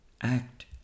act